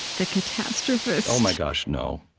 the catastrophist? oh my gosh, no.